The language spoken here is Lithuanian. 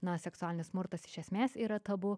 na seksualinis smurtas iš esmės yra tabu